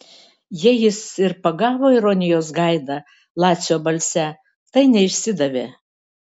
jei jis ir pagavo ironijos gaidą lacio balse tai neišsidavė